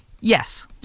Yes